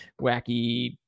wacky